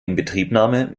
inbetriebnahme